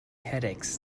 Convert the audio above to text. headaches